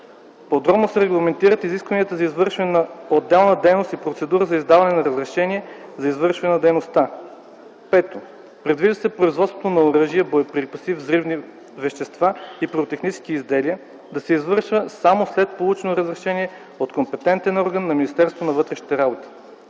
подробно се регламентират изискванията за извършване на отделна дейност и процедурата за издаване на разрешение за извършване на дейността; 5. предвижда се производството на оръжия, боеприпаси, взривни вещества и пиротехнически изделия да се извършва само след получено разрешение от компетентен орган на Министерството на вътрешните работи;